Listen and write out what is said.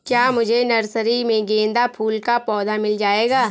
क्या मुझे नर्सरी में गेंदा फूल का पौधा मिल जायेगा?